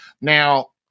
Now